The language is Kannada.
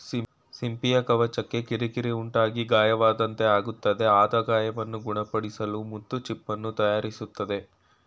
ಸಿಂಪಿಯ ಕವಚಕ್ಕೆ ಕಿರಿಕಿರಿ ಉಂಟಾಗಿ ಗಾಯವಾದಂತೆ ಆಗ್ತದೆ ಆದ ಗಾಯವನ್ನು ಗುಣಪಡಿಸಲು ಮುತ್ತು ಚಿಪ್ಪನ್ನು ತಯಾರಿಸ್ತದೆ